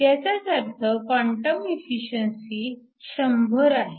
ह्याचाच अर्थ quantum efficiency 100 आहे